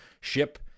ship